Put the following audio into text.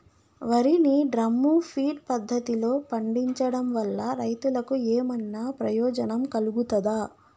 వరి ని drum feed పద్ధతిలో పండించడం వల్ల రైతులకు ఏమన్నా ప్రయోజనం కలుగుతదా?